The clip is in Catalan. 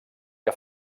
que